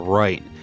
Right